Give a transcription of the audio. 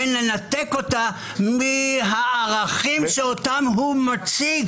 אין לנתקה מהערכים שאותם הוא מציג